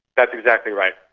that's exactly right.